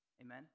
Amen